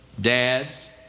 dads